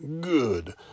good